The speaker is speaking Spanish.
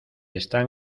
están